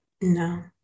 No